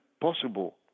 possible